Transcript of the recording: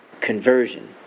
Conversion